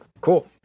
Cool